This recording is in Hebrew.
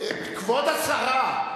כבוד השרה,